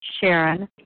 Sharon